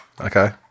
Okay